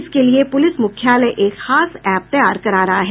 इसके लिए पुलिस मुख्यालय एक खास एप तैयार करा रहा है